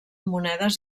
monedes